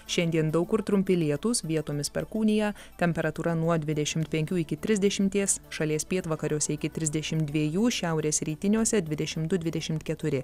šiandien daug kur trumpi lietūs vietomis perkūnija temperatūra nuo dvidešimt penkių iki trisdešimties šalies pietvakariuose iki trisdešimt dviejų šiaurės rytiniuose dvidešimt du dvidešimt keturi